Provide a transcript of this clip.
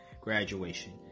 graduation